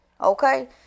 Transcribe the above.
Okay